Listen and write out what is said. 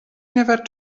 never